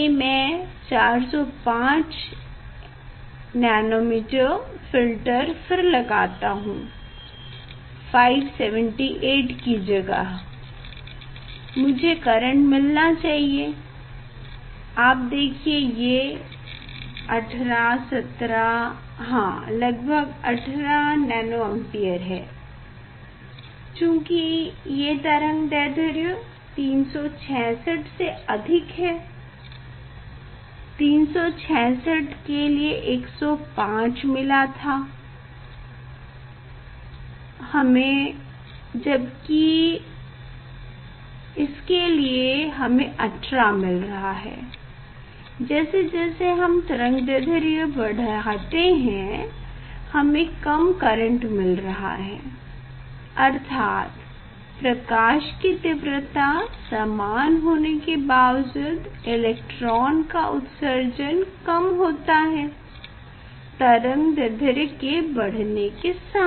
ये मैं 405nm filter फिर लगाता हूँ 578 की जगह मुझे करेंट मिलना चाहिए आप देखिए ये 18 17 लगभग 18 नैनोअम्पियर है चूंकि ये तरंगदैढ्र्य 366 से अधिक है 366 के लिए 105 मिला था हमें जबकि इसके लिए हमें 18 मिल रहा है जैसे जैसे हम तरंगदैढ्र्य बढ़ाते है हमें कम करेंट मिल रहा है अर्थात प्रकाश की तीव्रता समान होने के बावजूद इलेक्ट्रॉन का उत्सर्जन कम होता है तरंगदैढ्र्य के बढ़ने के साथ